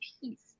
peace